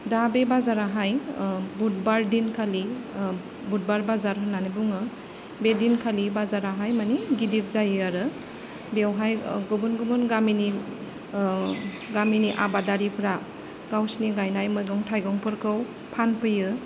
दा बे बाजाराहाय बुधबार दिनखालि बुधबार बाजार होननानै बुङो बे दिनखालि बाजाराहाय माने गिदिद जायो आरो बेयावहाय गुबुन गुबुन गामिनि गामिनि आबादारिफ्रा गावसोरनि गायनाय मैगं थाइगंफोरखौ फानफैयो